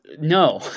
no